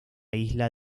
isla